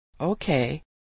Okay